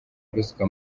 ruswa